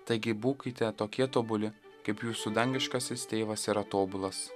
taigi būkite tokie tobuli kaip jūsų dangiškasis tėvas yra tobulas